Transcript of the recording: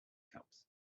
cups